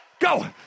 Go